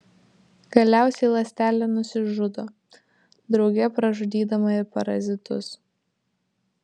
galiausiai ląstelė nusižudo drauge pražudydama ir parazitus